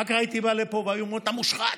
אחר כך הייתי בא לפה והיו אומרים: אתה מושחת,